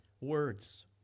words